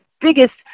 biggest